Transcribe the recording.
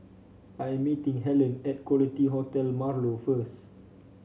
I'm meeting Hellen at Quality Hotel Marlow first